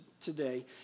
today